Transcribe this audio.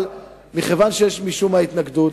אבל מכיוון שיש משום מה התנגדות,